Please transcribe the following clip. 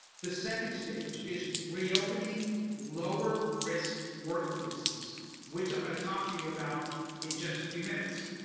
the second stage is reopening lower risk workplaces which i'm going to talk to you about in just a few minutes.